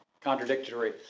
Contradictory